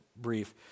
brief